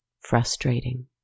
frustrating